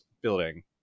building